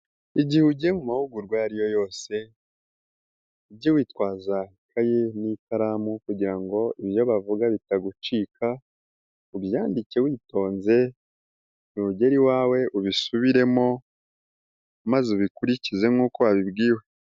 Igihe ugiye mu mahugurwayo ari yo yose, ujye witwaza ikayi n'ikaramu kugira ngo ibyo bavuga bitagucika ubyandike witonze nugera iwawe ubisubiremo maze ubikurikize nk'uko wabibwiwe.